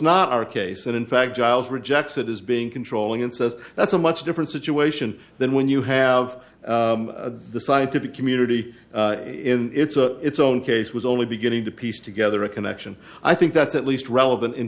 not our case and in fact giles rejects it as being controlling and says that's a much different situation than when you have the scientific community in it's a it's own case was only beginning to piece together a connection i think that's at least relevant in